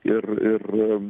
ir ir